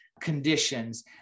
conditions